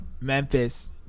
Memphis